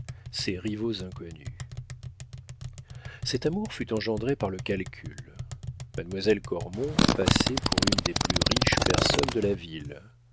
ses rivaux inconnus cet amour fut engendré par le calcul mademoiselle cormon passait pour une des plus riches personnes de la ville